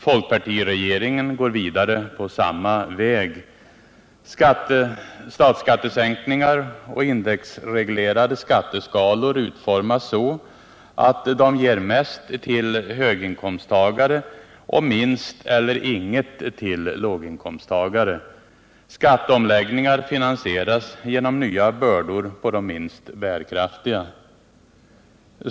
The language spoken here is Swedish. Folkpartiregeringen går vidare på samma väg. Statsskattesänkningar och indexreglerade skatteskalor utformas så, att de ger mest till höginkomsttagare och minst eller inget till låginkomsttagare. Skatteomläggningar finansieras genom nya bördor på de minst bärkraftiga.